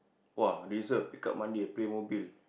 !wah! reserved pick up Monday PlayMobil